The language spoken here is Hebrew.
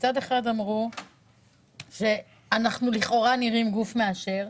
מצד אחד, אמרו שאנחנו לכאורה נראים גוף מאשר.